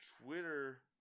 Twitter